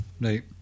Right